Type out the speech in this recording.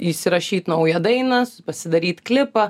įsirašyt naują dainą s pasidaryt klipą